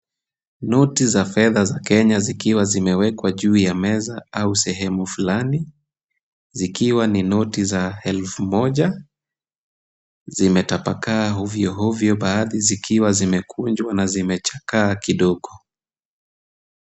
Noti za pesa za kenya zikiwa zimewekwa juu ya meza au sehemu fulani zikiwa ni noti za elfu moja. Zimetapakaa ovyoovyo baadhi zikiwa zimekunjwa na zimechakaa kidogo.